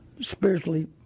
spiritually